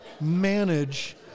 manage